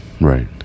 Right